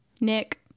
Nick